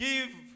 Give